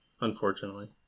unfortunately